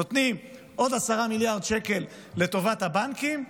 נותנים עוד 10 מיליארד שקל לטובת הבנקים,